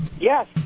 Yes